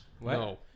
No